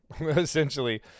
essentially